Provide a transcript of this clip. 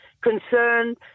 concerned